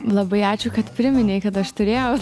labai ačiū kad priminei kad aš turėjau